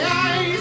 eyes